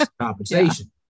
compensation